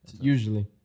Usually